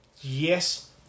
yes